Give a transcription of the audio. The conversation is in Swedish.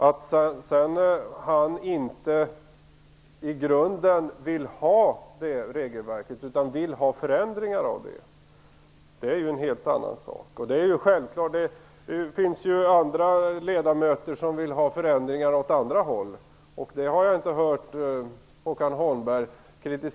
Att han sedan inte i grunden vill ha det regelverket utan vill ha förändringar av det är en helt annan sak. Det finns andra ledamöter som vill ha förändringar i andra riktningar. Det har jag inte hört Håkan Holmberg kritisera.